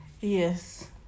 Yes